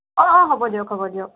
অ' অ' হ'ব দিয়ক হ'ব দিয়ক